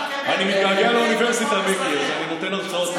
אני מתגעגע לאוניברסיטה, מיקי, אני נותן הרצאות.